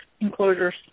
enclosures